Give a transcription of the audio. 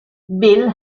bill